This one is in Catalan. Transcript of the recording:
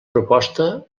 proposta